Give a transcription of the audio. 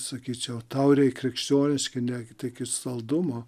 sakyčiau krikščioniški negi tiki saldumo